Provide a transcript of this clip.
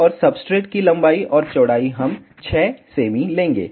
और सब्सट्रेट की लंबाई और चौड़ाई हम 6 सेमी लेंगे